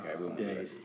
Okay